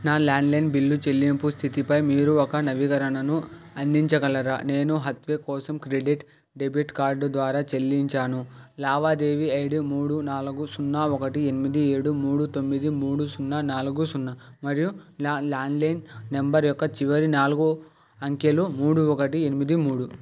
నా landline bill చెల్లింపు స్థితిపై మీరు ఒక నవీకరణను అందించగలరా నేను హాత్వే కోసం క్రెడిట్ డెబిట్ కార్డ్ ద్వారా చెల్లించాను లావాదేవీ ఐడి మూడు నాలుగు సున్నా ఒకటి ఎనిమిది ఏడు మూడు తొమ్మిది మూడు సున్నా నాలుగు సున్నా మరియు నా ల్యాండ్లైన్ నంబర్ యొక్క చివరి నాలుగు అంకెలు మూడు ఒకటి ఎనిమిది మూడు